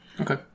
Okay